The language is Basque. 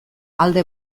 alde